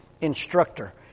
instructor